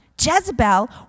Jezebel